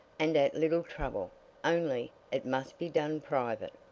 and at little trouble only it must be done private.